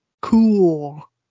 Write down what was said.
cool